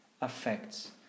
affects